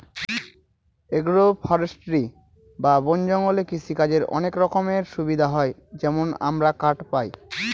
agro forestry বা বন জঙ্গলে কৃষিকাজের অনেক রকমের সুবিধা হয় যেমন আমরা কাঠ পায়